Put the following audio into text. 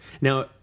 Now